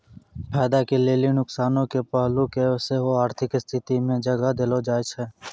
फायदा के लेली नुकसानो के पहलू के सेहो आर्थिक स्थिति मे जगह देलो जाय छै